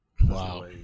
Wow